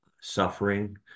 suffering